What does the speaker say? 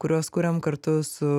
kuriuos kuriam kartu su